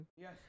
Yes